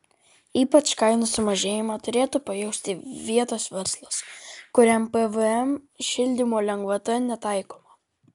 ypač kainų sumažėjimą turėtų pajusti vietos verslas kuriam pvm šildymo lengvata netaikoma